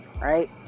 Right